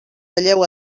talleu